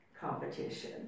competition